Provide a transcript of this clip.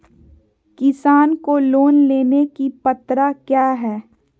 किसान को लोन लेने की पत्रा क्या है?